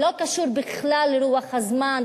שלא קשור בכלל לרוח הזמן,